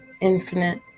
infinite